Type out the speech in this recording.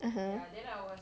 mmhmm